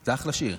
זה אחלה שיר.